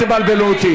תשובה והצבעה.